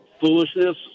foolishness